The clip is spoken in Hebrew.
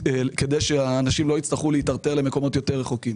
כדי שאנשים לא יצטרכו להיות מטורטרים למקומות רחוקים מאוד.